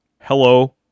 hello